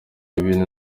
ibintu